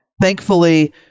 thankfully